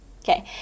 Okay